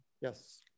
yes